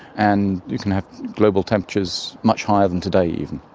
and you can have global temperatures much higher than today even.